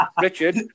Richard